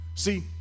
See